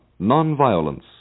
nonviolence